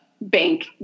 bank